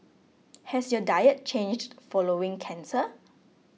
has your diet changed following cancer